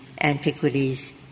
antiquities